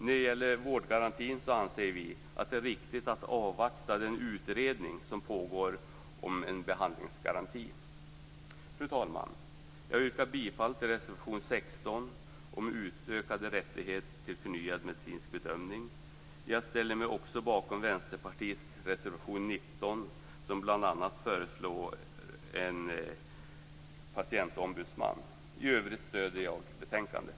När det gäller vårdgarantin anser vi att det är riktigt att avvakta den utredning som pågår om en behandlingsgaranti. Fru talman! Jag yrkar bifall till reservation 16 om utökad rätt till förnyad medicinsk bedömning. Jag ställer mig också bakom Vänsterpartiets reservation 19 där bl.a. en patientombudsman föreslås. I övrigt stöder jag betänkandet.